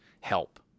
help